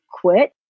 quit